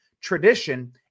tradition